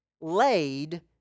laid